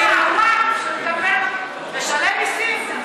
הווקף, משלם מיסים?